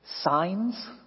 signs